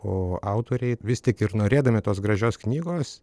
o autoriai vis tik ir norėdami tos gražios knygos